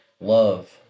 love